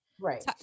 Right